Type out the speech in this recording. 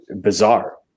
bizarre